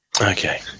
Okay